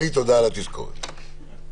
בבקשה.